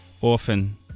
Orphan